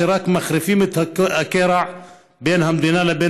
שרק מחריפים את הקרע בין המדינה לבין